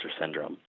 syndrome